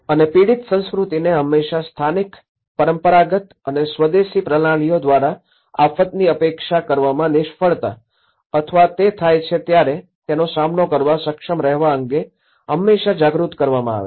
અને પીડિત સંસ્કૃતિને હંમેશાં સ્થાનિક પરંપરાગત અને સ્વદેશી પ્રણાલીઓ દ્વારા આફતની અપેક્ષા કરવામાં નિષ્ફળતા અથવા તે થાય ત્યારે તેનો સામનો કરવા સક્ષમ રહેવા અંગે હંમેશા જાગૃત કરવામાં આવે છે